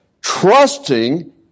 trusting